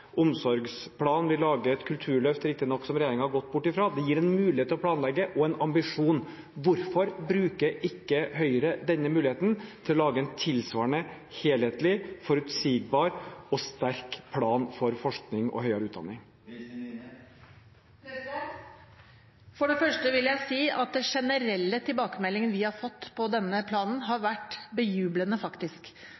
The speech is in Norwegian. omsorgsplan, og vi lager et kulturløft – som regjeringen riktig nok har gått bort ifra. Det gir en mulighet til å planlegge og en ambisjon. Hvorfor bruker ikke Høyre denne muligheten til å lage en tilsvarende helhetlig, forutsigbar og sterk plan for forskning og høyere utdanning? For det første vil jeg si at den generelle tilbakemeldingen vi har fått på denne planen, har vært bejublende, faktisk.